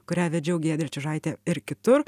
kurią vedžiau giedrė čiužaitė ir kitur